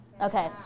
Okay